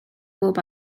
bob